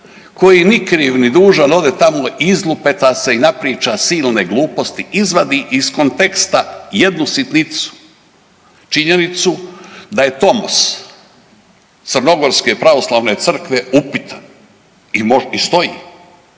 koji ni kriv ni dužan ode tamo, izlupeta se i napriča silne gluposti, izvadi iz konteksta jednu sitnicu, činjenicu da je tomoc Crnogorske pravoslavne crkve upitan i stoji,